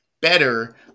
better